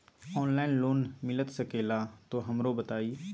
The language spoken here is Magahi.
ऑनलाइन लोन मिलता सके ला तो हमरो बताई?